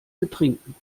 betrinken